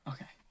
Okay